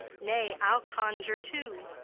nay, i'll conjure too.